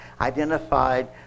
identified